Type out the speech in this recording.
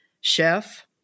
chef